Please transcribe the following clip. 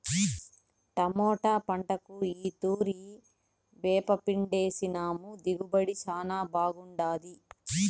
tomato పంటకు ఈ తూరి వేపపిండేసినాము దిగుబడి శానా బాగుండాది